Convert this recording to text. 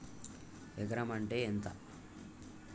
ఎకరం అంటే ఎంత?